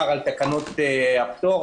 לכולם, אני פותח את ישיבת הועדה המסדרת.